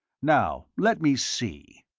now, let me see.